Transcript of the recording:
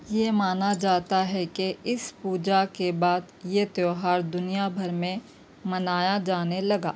یہ مانا جاتا ہے کہ اس پوجا کے بعد یہ تہوہار دنیا بھر میں منایا جانے لگا